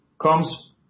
comes